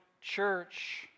church